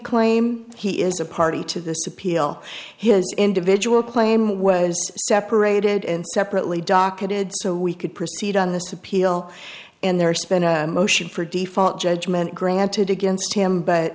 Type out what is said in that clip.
claim he is a party to this appeal he has individual claim was separated and separately docketed so we could proceed on this appeal and there's been a motion for default judgment granted against him but